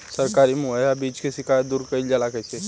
सरकारी मुहैया बीज के शिकायत दूर कईल जाला कईसे?